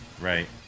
Right